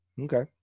Okay